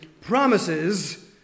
promises